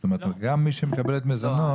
זאת אומרת גם מי שמקבלת מזונות --- לא.